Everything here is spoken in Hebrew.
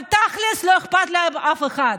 אבל תכל'ס, לא אכפת לאף אחד.